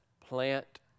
plant